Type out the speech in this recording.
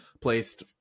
placed